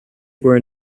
were